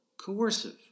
coercive